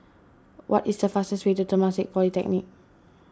what is the fastest way to Temasek Polytechnic